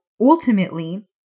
ultimately